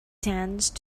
dance